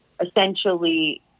essentially